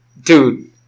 Dude